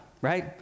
right